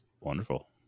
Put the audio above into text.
Wonderful